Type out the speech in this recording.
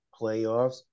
playoffs